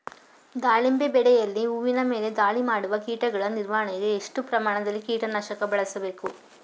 ದಾಳಿಂಬೆ ಬೆಳೆಯಲ್ಲಿ ಹೂವಿನ ಮೇಲೆ ದಾಳಿ ಮಾಡುವ ಕೀಟಗಳ ನಿರ್ವಹಣೆಗೆ, ಎಷ್ಟು ಪ್ರಮಾಣದಲ್ಲಿ ಕೀಟ ನಾಶಕ ಬಳಸಬೇಕು?